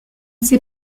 sais